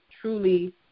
truly